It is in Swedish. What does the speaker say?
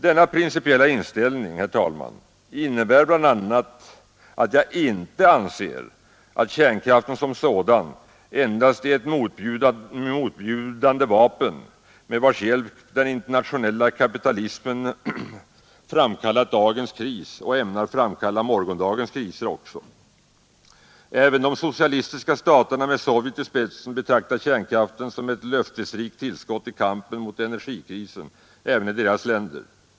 Denna principiella inställning, herr talman, innebär bl.a. att jag inte anser att kärnkraften som sådan endast är ett motbjudande vapen, med vars hjälp den internationella kapitalismen framkallat dagens kris och ämnar framkalla morgondagens kriser också. Även de socialistiska staterna med Sovjet i spetsen betraktar kärnkraften som ett löftesrikt tillskott i kampen mot energikrisen också i sina länder.